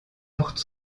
porte